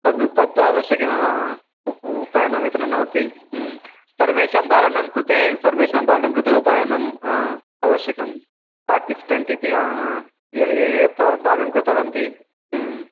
तद् तत्तु आवश्यकमेव उप् उपायनं वितरणमपि ह्म् सर्वेषां बालानां कृते सर्वेषां बालं कृते उपायनम् आवश्यकं पाट्टिसिपेण्ट् इति ये ये भागं कृतवन्तः ह्म्